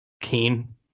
keen